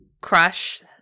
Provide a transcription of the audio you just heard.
crush